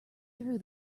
through